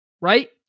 right